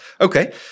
Okay